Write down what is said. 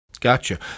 Gotcha